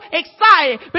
excited